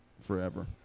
forever